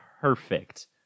perfect